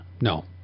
No